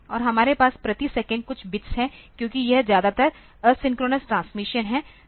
और हमारे पास प्रति सेकंड कुछ बिट्स हैं क्योंकि यह ज्यादातर असिंक्रोनोस ट्रांसमिशन है